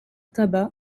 tabac